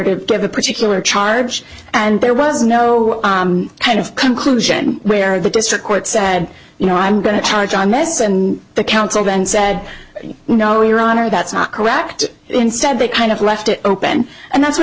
to give a particular charge and there was no kind of conclusion where the district court said you know i'm going to charge i mess and the council then said no your honor that's not act instead they kind of left it open and that's what